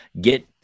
get